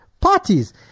parties